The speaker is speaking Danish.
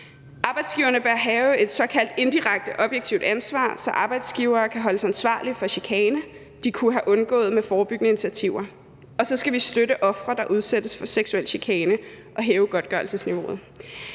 Arbejdsgiverne bør have et såkaldt indirekte objektivt ansvar, så arbejdsgivere kan holdes ansvarlige for chikane, de kunne have undgået med forebyggende initiativer. Og så skal vi støtte ofre, der udsættes for seksuel chikane, og hæve godtgørelsesniveauet.